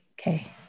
Okay